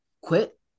quit